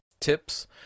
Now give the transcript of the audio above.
tips